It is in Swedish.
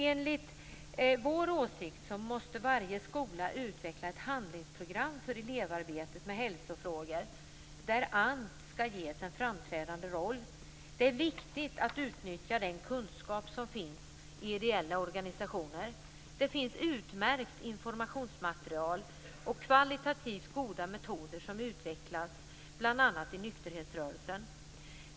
Enligt vår åsikt måste varje skola utveckla ett handlingsprogram för elevarbetet med hälsofrågor där ANT skall ges en framträdande roll. Det är viktigt att utnyttja den kunskap som finns i ideella organisationer. Det finns utmärkt informationsmaterial och kvalitativt goda metoder som utvecklats bl.a. i nykterhetsrörelsen.